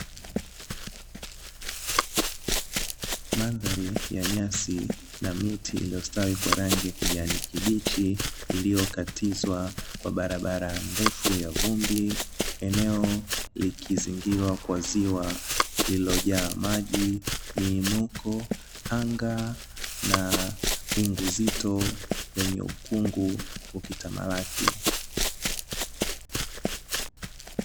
Mandhari ya nyasi na miti iliyostawi kwa rangi ya kijani kibichi, iliyokatizwa kwa barabara ndefu ya vumbi eneo likizingirwa kwa ziwa lililojaa maji, miinuko, anga, na wingu zito lenye ukungu ukitamalaki.